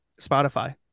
Spotify